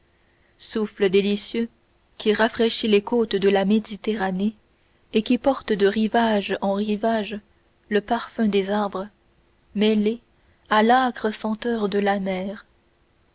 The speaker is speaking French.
souffle délicieux qui rafraîchit les côtes de la méditerranée et qui porte de rivage en rivage le parfum des arbres mêlé à l'âcre senteur de la mer